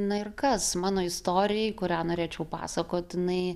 na ir kas mano istorijai kurią norėčiau pasakot jinai